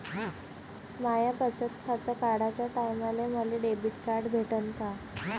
माय बचत खातं काढाच्या टायमाले मले डेबिट कार्ड भेटन का?